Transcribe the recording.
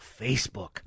Facebook